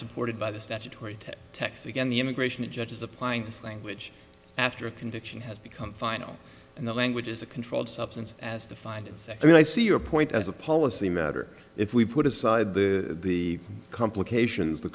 supported by the statutory text again the immigration judge is applying this language after a conviction has become final and the language is a controlled substance as defined and secondly i see your point as a policy matter if we put aside the the complications the